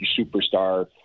superstar